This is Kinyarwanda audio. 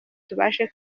tubashe